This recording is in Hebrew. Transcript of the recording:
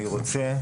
אני רוצה.